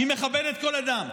שהיא מכבדת כל אדם,